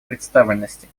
представленности